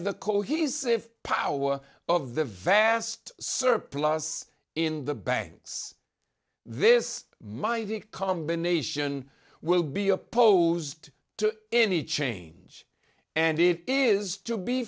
the cohesive power of the vast surplus in the banks this mighty combination will be opposed to any change and it is to be